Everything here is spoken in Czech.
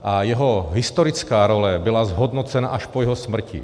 A jeho historická role byla zhodnocena až po jeho smrti.